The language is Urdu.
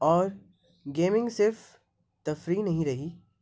اور گیمنگ صرف تفریح نہیں رہی